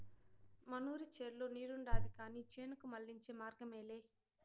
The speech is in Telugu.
మనూరి చెర్లో నీరుండాది కానీ చేనుకు మళ్ళించే మార్గమేలే